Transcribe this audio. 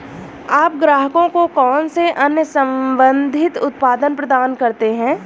आप ग्राहकों को कौन से अन्य संबंधित उत्पाद प्रदान करते हैं?